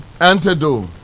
antidote